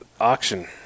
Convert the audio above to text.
auction